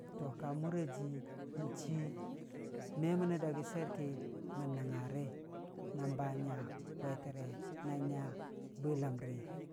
To ka mura jii n'chii me məne dagi swiyer ki mən nəngngari, na ba nya kwetərei, na nya bwiləm.